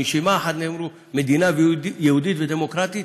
שבנשימה אחת נאמר מדינה יהודית ודמוקרטית,